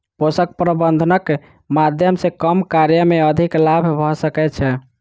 पोषक प्रबंधनक माध्यम सॅ कम कार्य मे अधिक लाभ भ सकै छै